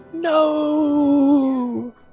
No